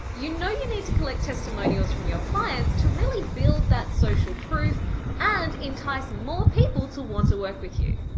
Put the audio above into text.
you know you need to collect testimonials from your clients to really build that social proof and entice more people to want to work with you.